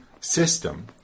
system